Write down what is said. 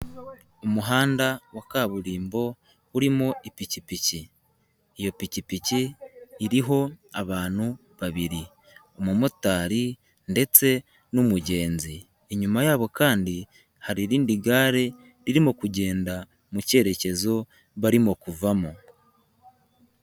Umuhanda wa kaburimbo urimo ipikipiki. Iyo pikipiki iriho abantu babiri. Umumotari ndetse n'umugenzi. Inyuma yabo kandi, hari irindi gare ririmo kugenda mu cyerekezo barimo kuvamo.